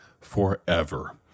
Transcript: forever